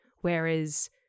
Whereas